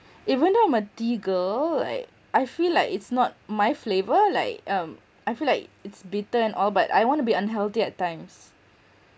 even though I'm a tea girl like I feel like it's not my flavour like um I feel like it's bitter and all but I want to be unhealthy at times